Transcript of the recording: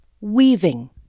Weaving